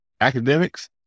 Academics